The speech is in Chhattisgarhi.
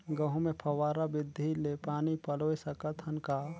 गहूं मे फव्वारा विधि ले पानी पलोय सकत हन का?